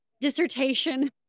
dissertation